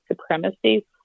supremacy